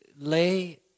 lay